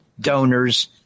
donors